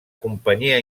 companyia